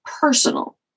personal